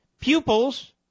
Pupils